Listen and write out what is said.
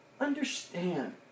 understand